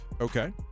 Okay